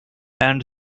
and